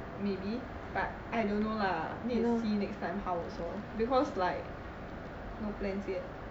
maybe but I don't know lah need to see next time how also because like no plans yet